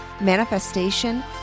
Manifestation